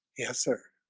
yes, sir